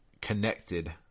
connected